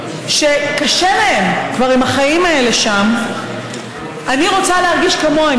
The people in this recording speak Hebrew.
שקשה להם עם החיים האלה שם אני רוצה להרגיש כמוהם.